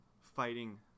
fighting